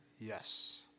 Yes